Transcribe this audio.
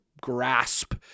grasp